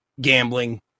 gambling